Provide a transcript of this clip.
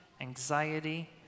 anxiety